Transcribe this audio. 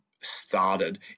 started